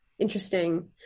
interesting